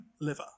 liver